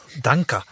Danke